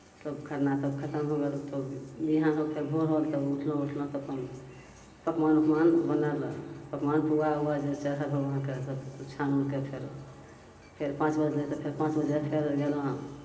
सब खरना तब खतम हो गेल तब बिहान होके भोर होके तब उठलहुँ उठलहुँ तऽ अपन पकमान उकमान बनल पकमान पुआ उआ जे चढ़ल हो वहाँके सबकिछु छानि उनिक फेर फेर पाँच बजलै तऽ फेर पाँच बजे फेर गेलहुँ